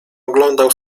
oglądał